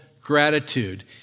gratitude